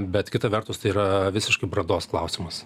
bet kita vertus tai yra visiškai brandos klausimas